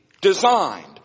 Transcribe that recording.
designed